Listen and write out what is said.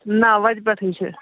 نہ وَتہِ پٮ۪ٹھٕے چھِ